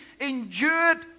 endured